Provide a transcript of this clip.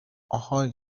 آهای